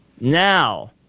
Now